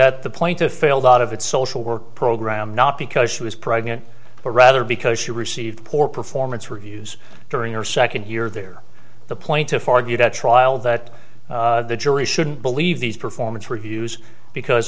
at the point a failed out of its social worker program not because she was pregnant but rather because she received poor performance reviews during her second year there the plaintiff argued at trial that the jury shouldn't believe these performance reviews because